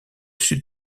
sud